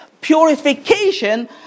purification